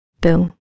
Bill